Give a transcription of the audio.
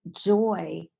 joy